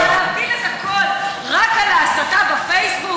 אבל להפיל את הכול רק על ההסתה בפייסבוק